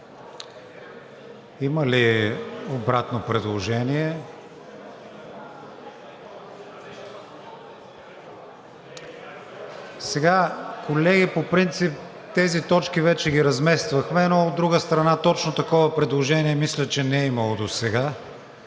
Има ли обратно предложение? Колеги, по принцип тези точки вече ги размествахме, но от друга страна, точно такова предложение мисля, че не е имало досега.